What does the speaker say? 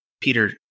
Peter